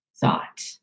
thought